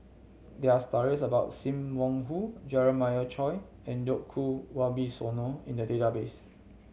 there are stories about Sim Wong Hoo Jeremiah Choy and Djoko Wibisono in the database